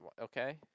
Okay